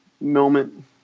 moment